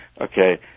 okay